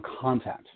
content